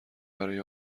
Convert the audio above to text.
برای